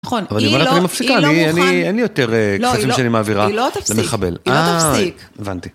נכון, היא לא, היא לא מוכן. אין לי יותר קצת שני מהעבירה. היא לא תפסיק. אה, הבנתי.